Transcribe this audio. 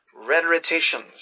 rhetoricians